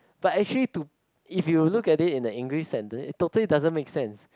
but actually to if you look at it in a English sentence it totally doesn't make sense